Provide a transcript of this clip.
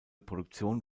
produktion